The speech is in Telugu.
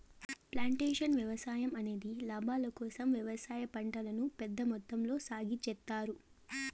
ప్లాంటేషన్ వ్యవసాయం అనేది లాభాల కోసం వ్యవసాయ పంటలను పెద్ద మొత్తంలో సాగు చేత్తారు